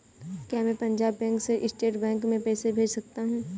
क्या मैं पंजाब बैंक से स्टेट बैंक में पैसे भेज सकता हूँ?